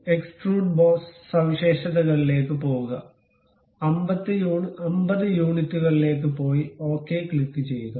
extrude boss സവിശേഷതകളിലേക്ക് പോകുക 50 യൂണിറ്റുകളിലേക്ക് പോയി ഓക്കേ ക്ലിക്കുചെയ്യുക